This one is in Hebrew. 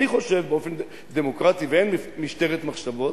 אני חושב, באופן דמוקרטי, ואין משטרת מחשבות,